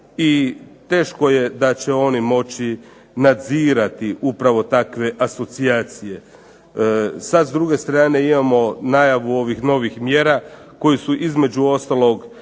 i teško je da će one moći nadzirati upravo takve asocijacije. Sad s druge strane imamo najavu ovih novih mjera koje su između ostalog